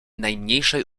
najmniejszej